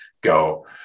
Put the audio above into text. go